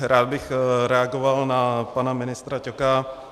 Rád bych reagoval na pana ministra Ťoka.